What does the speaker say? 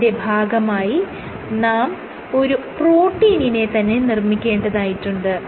ഇതിന്റെ ഭാഗമായി നാം ഒരു പ്രോട്ടീനിനെ തന്നെ നിർമ്മിക്കേണ്ടതായിട്ടുണ്ട്